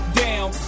down